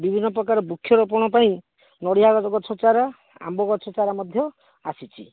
ବିଭିନ୍ନପ୍ରକାର ବୃକ୍ଷ ରୋପଣ ପାଇଁ ନଡ଼ିଆ ଗଛ ଚାରା ଆମ୍ବ ଗଛ ଚାରା ମଧ୍ୟ ଆସିଛି